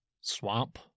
swamp